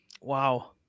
wow